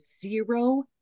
zero